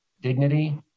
dignity